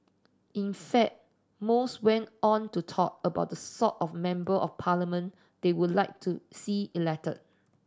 in fact most went on to talk about the sort of Member of Parliament they would like to see elected